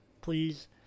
please